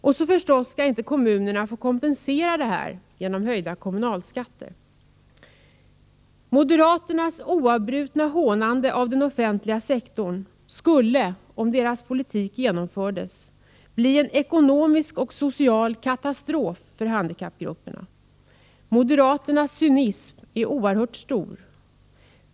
Och kommunerna skall förstås inte få kompensera detta genom höjda kommunalskatter. Moderaternas oavbrutna hånande av den offentliga sektorn skulle, om deras politik genomfördes, bli en ekonomisk och social katastrof för handikappgrupperna. Moderaternas cynism är oerhört stor.